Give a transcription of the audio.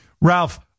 Ralph